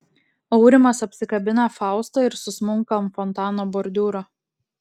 aurimas apsikabina faustą ir susmunka ant fontano bordiūro